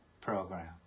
program